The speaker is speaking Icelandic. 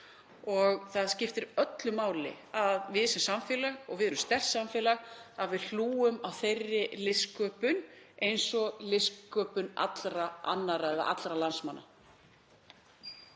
og það skiptir öllu máli að við sem samfélag, og við erum sterkt samfélag, hlúum að þeirri listsköpun eins og listsköpun allra annarra eða allra landsmanna.